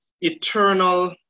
eternal